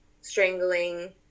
Strangling